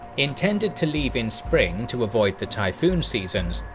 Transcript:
intended to leave in spring to avoid the typhoon seasons,